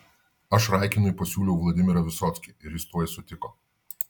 aš raikinui pasiūliau vladimirą visockį ir jis tuoj sutiko